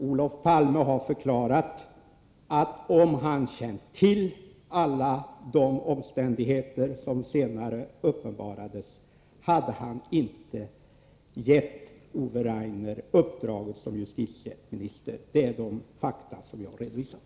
Olof Palme har förklarat att han inte hade gett Ove Rainer uppdraget som justitieminister om han hade känt till alla omständigheter som senare uppenbarades. Det är dessa fakta som jag har redovisat.